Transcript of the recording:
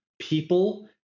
people